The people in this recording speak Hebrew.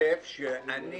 השוטף - אני